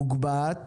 זה מוגבה,